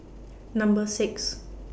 Number six